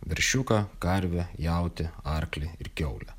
veršiuką karvę jautį arklį ir kiaulę